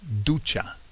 ducha